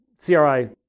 CRI